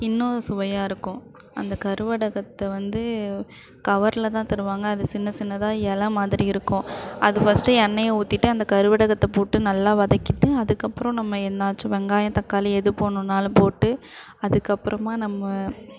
இன்னும் சுவையாக இருக்கும் அந்த கருவடகத்தை வந்து கவரில் தான் தருவாங்க அது சின்ன சின்னதாக இலை மாதிரி இருக்கும் அது ஃபர்ஸ்ட்டு எண்ணெயை ஊற்றிட்டு அந்த கருவடகத்தை போட்டு நல்லா வதக்கிட்டு அதுக்கப்புறம் நம்ம என்னாச்சு வெங்காயம் தக்காளி எது போடணும்னாலும் போட்டு அதுக்கப்புறமா நம்ம